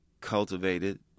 cultivated